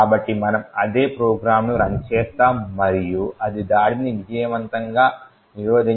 కాబట్టి మనము అదే ప్రోగ్రామ్ను రన్ చేస్తాము మరియు అది దాడిని విజయవంతంగా నిరోధించిందని మనము చూస్తాము